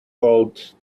gold